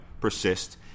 persist